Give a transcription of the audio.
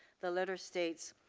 the letter states,